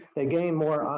they gain more